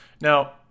Now